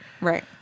Right